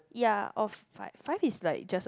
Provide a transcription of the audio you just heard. ya of five five is like just a